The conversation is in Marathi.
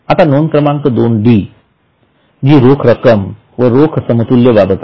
आता नोंद क्रमांक 2 डी जी रोख रक्कम व रोख समतुल्य बाबत आहे